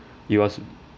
it was